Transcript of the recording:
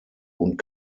und